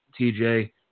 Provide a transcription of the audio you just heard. TJ